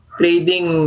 trading